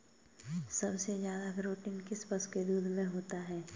सबसे ज्यादा प्रोटीन किस पशु के दूध में होता है?